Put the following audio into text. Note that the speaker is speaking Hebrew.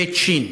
ב"ש,